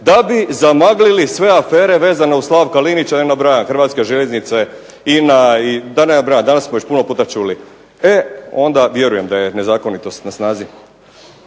da bi zamaglili sve afere vezane uz Slavka Linića i da ne nabrajam, Hrvatske željeznice, INA i da ne nabrajam, danas smo već puno puta čuli. E onda vjerujem da je nezakonitost na snazi.